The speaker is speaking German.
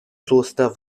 kloster